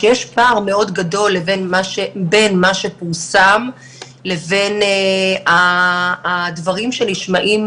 שיש פער מאוד גדול בין מה שפורסם לבין הדברים שנשמעים